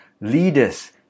Leaders